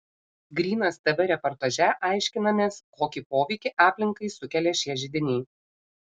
grynas tv reportaže aiškinamės kokį poveikį aplinkai sukelia šie židiniai